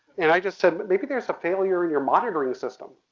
and i just said, maybe there's a failure in your monitoring system.